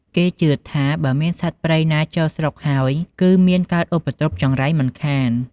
គេជឿថា បើមានសត្វព្រៃណាចូលស្រុកហើយ គឺមានកើតឧបទ្រុព្យចង្រៃមិនខាន។